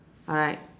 alright